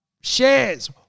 shares